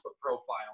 profile